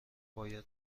باید